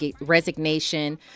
resignation